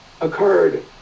occurred